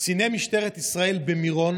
קציני משטרת ישראל במירון,